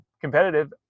competitive